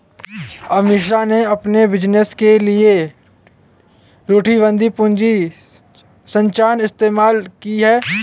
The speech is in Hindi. अमीषा ने अपने बिजनेस के लिए रूढ़िवादी पूंजी संरचना इस्तेमाल की है